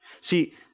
See